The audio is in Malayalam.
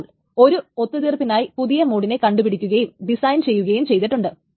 അപ്പോൾ ഒരു ഒത്തുതീർപ്പിനായി പുതിയ മോഡിനെ കണ്ടുപിടിക്കുകയും ഡിസൈൻ ചെയ്യുകയും ചെയ്തിട്ടുണ്ട്